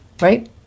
Right